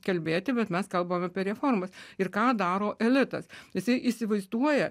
kalbėti bet mes kalbam apie reformas ir ką daro elitas jisai įsivaizduoja